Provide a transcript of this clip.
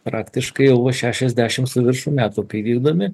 praktiškai jau šešiasdešimt su viršum metų kai vykdomi